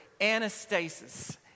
anastasis